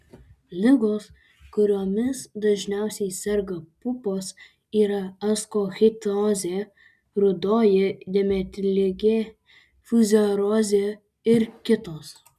ligos kuriomis dažniausiai serga pupos yra askochitozė rudoji dėmėtligė fuzariozė ir kitos